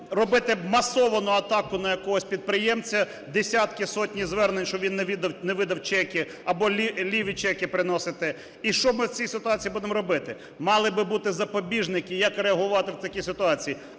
робити масовану атаку на якогось підприємця: десятки, сотні звернень, що він не видав чеки або ліві чеки приносите. І що ми в цій ситуації будемо робити? Мали би бути запобіжники, як реагувати в такій ситуації.